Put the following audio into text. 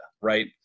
right